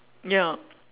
ya